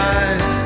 eyes